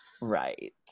Right